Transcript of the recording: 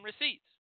receipts